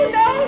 no